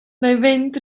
fynd